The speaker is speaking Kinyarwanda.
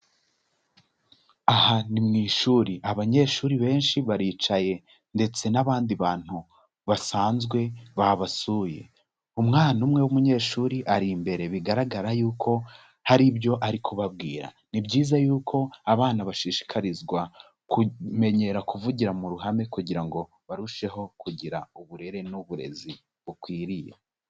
Aha ni mu ishuri abanyeshuri benshi baricaye ndetse n'abandi bantu basanzwe babasuye, umwana umwe w'umunyeshuri ari imbere bigaragara yuko hari ibyo ari kubabwira, ni byiza y'uko abana bashishikarizwa kumenyera kuvugira mu ruhame kugira ngo barusheho kugira uburere n'uburezi bukwiriye.